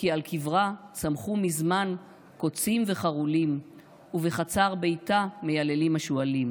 / כי על קברה צמחו מזמן קוצים וחרולים / ובחצר ביתה מייללים השועלים.